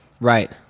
Right